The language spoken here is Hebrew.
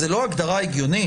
זאת לא הגדרה הגיונית.